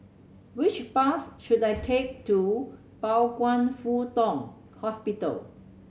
which bus should I take to Pao Kwan Foh Tang hospital